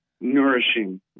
nourishing